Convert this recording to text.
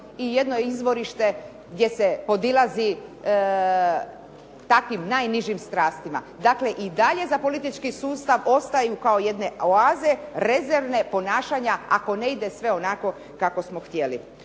i jedno izvorište gdje se podilazi takvim najnižim strastima. Dakle, i dalje za politički sustav ostaju kao jedne oaze rezervne ponašanja ako ne ide sve onako kako smo htjeli.